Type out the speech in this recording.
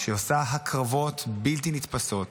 שעושה הקרבות בלתי נתפסות,